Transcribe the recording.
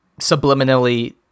subliminally